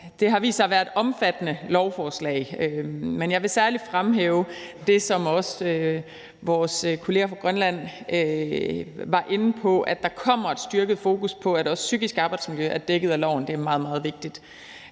Det har vist sig at være et omfattende lovforslag, men jeg vil særlig fremhæve det, som også vores kolleger fra Grønland var inde på, nemlig at der kommer et styrket fokus på, at også psykisk arbejdsmiljø er dækket af loven. Det er meget, meget vigtigt.